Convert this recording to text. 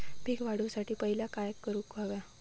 पीक वाढवुसाठी पहिला काय करूक हव्या?